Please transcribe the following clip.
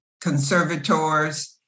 conservators